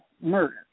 murder